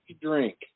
Drink